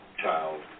child